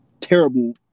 terrible